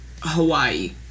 Hawaii